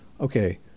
okay